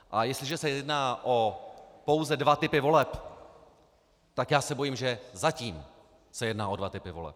A jestliže se jedná o pouze dva typy voleb, tak já se bojím, že zatím se jedná o dva typy voleb.